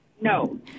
No